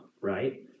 right